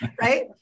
right